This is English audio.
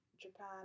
Japan